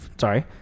Sorry